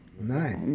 Nice